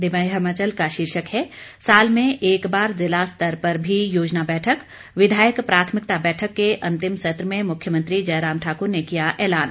दिव्य हिमाचल का शीर्षक है साल में एक बार जिला स्तर पर भी योजना बैठक विधायक प्राथमिकता बैठक के अंतिम सत्र में मुख्यमंत्री जयराम ठाकुर ने किया ऐलान